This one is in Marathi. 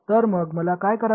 तर मग मला काय करावे लागेल